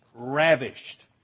Ravished